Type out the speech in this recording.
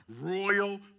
royal